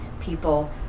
people